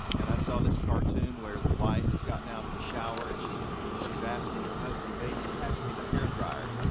and i saw this cartoon where the wife has gotten out of the shower and she's she's asking her husband baby, pass me the hair dryer.